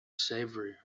savory